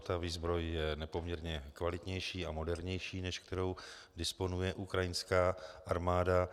Ta výzbroj je nepoměrně kvalitnější a modernější, než kterou disponuje ukrajinská armáda.